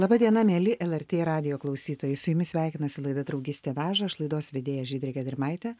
laba diena mieli lrt radijo klausytojai su jumis sveikinasi laida draugystė veža aš laidos vedėja žydrė gedrimaitė